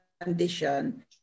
condition